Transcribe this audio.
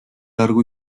largo